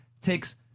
takes